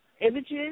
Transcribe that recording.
images